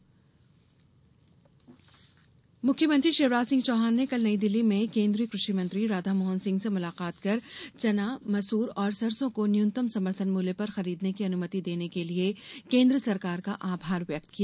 CM मुलाकात मुख्यमंत्री शिवराज सिंह चौहान ने कल नई दिल्ली में केन्द्रीय कृषि मंत्री राधामोहन सिंह से मुलाकात कर चना मसूर और सरसों को न्यूनतम समर्थन मूल्य पर खरीदने की अनुमति देने के लिए केन्द्र सरकार का आभार व्यक्त किया